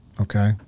okay